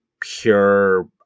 pure